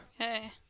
Okay